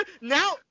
now